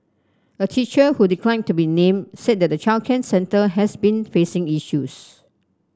a teacher who declined to be named said that the childcare centre has been facing issues